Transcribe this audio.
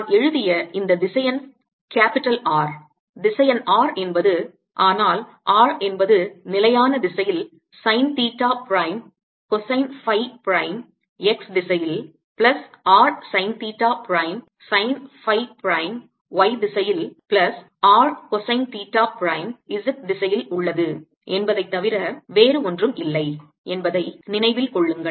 நான் எழுதிய இந்த திசையன் கேப்பிட்டல் R திசையன் R என்பது ஆனால் R என்பது நிலையான திசையில் sine theta prime cosine phi prime x திசையில் plus r sine theta prime sine phi prime y திசையில் plus r cosine theta prime z திசையில் உள்ளது என்பதைத்தவிர வேறு ஒன்றும் இல்லை என்பதை நினைவில் கொள்ளுங்கள்